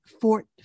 Fort